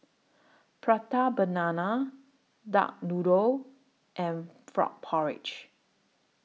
Prata Banana Duck Noodle and Frog Porridge